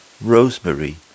Rosemary